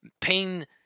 pain